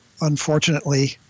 unfortunately